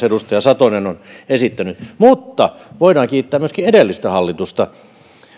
edustaja satonen on esittänyt mutta voidaan kiittää myöskin edellistä hallitusta